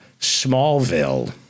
Smallville